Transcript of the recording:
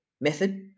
method